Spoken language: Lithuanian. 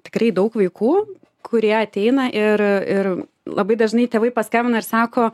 tikrai daug vaikų kurie ateina ir ir labai dažnai tėvai paskambina ir sako